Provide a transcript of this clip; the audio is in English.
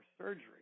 surgery